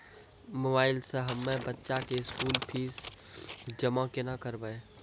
Mobile से हम्मय बच्चा के स्कूल फीस जमा केना करबै?